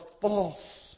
false